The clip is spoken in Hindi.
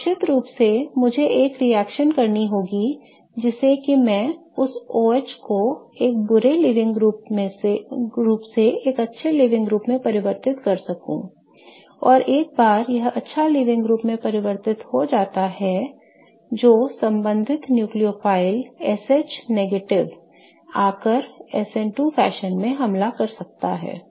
अब निश्चित रूप से मुझे एक रिएक्शन करनी होगी जैसे कि मैं उस OH को एक बुरे लीविंग ग्रुप से एक अच्छे लीविंग ग्रुप में परिवर्तित कर सकूं और एक बार यह अच्छा लीविंग ग्रुप में परिवर्तित हो जाता है जो संबंधित न्यूक्लियोफाइल SH आकर SN2 फैशन में हमला कर सकता है